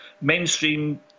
mainstream